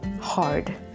hard